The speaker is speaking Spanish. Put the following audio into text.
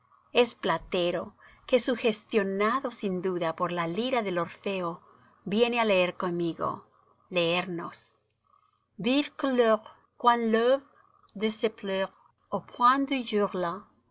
es platero que sugestionado sin duda por la lira de orfeo viene á leer conmigo leernos vive couleur quand l'aube de